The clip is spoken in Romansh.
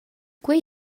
quei